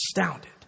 astounded